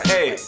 Hey